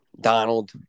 Donald